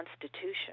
constitution